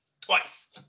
Twice